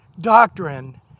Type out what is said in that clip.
doctrine